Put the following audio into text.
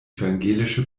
evangelische